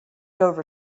over